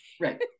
Right